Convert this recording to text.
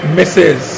misses